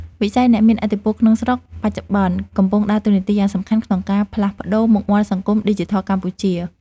វិស័យអ្នកមានឥទ្ធិពលក្នុងស្រុកបច្ចុប្បន្នកំពុងដើរតួនាទីយ៉ាងសំខាន់ក្នុងការផ្លាស់ប្តូរមុខមាត់សង្គមឌីជីថលកម្ពុជា។